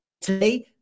Today